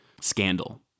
scandal